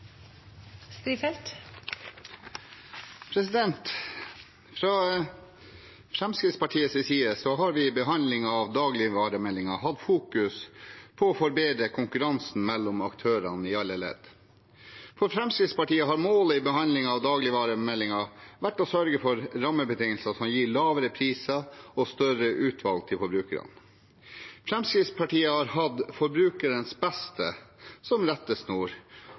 Fra Fremskrittspartiets side har vi i behandlingen av dagligvaremeldingen fokusert på å forbedre konkurransen mellom aktørene i alle ledd. For Fremskrittspartiet har målet i behandlingen av dagligvaremeldingen vært å sørge for rammebetingelser som gir lavere priser og større utvalg for forbrukerne. Fremskrittspartiet har hatt forbrukerens beste som rettesnor,